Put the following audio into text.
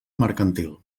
mercantil